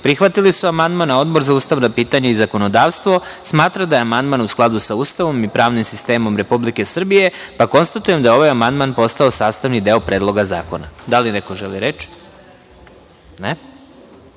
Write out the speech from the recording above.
prihvatili su amandman, a Odbor za ustavna pitanja i zakonodavstvo smatra da je amandman u skladu sa Ustavom i pravnim sistemom Republike Srbije, pa konstatujem da je ovaj amandman postao sastavni deo Predloga zakona. Da li neko želi reč?